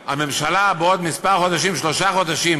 שהממשלה, בעוד כמה חודשים, שלושה חודשים,